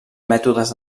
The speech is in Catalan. mètodes